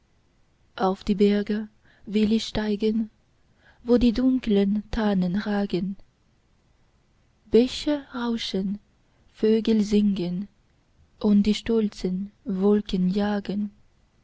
auf die berge will ich steigen wo die dunkeln tannen ragen bäche rauschen vögel singen und die stolzen wolken jagen